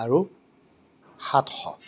আৰু সাতশ